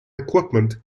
equipment